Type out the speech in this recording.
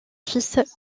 fils